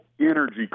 energy